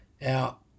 Now